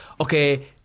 okay